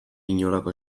inolako